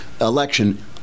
election